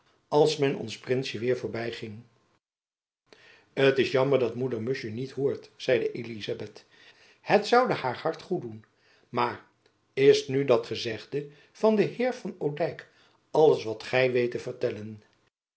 als men ons prinsjen weêr voorbyging t is jammer dat moeder musch u niet hoort zeide elizabeth het zoude haar hart goed doen maar is nu dat gezegde van den heer van odijk alles wat gy weet te vertellen